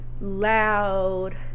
loud